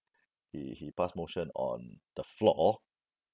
he he pass motion on the floor